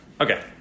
Okay